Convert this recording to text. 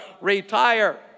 retire